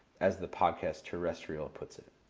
as the podcast terrestrial puts it.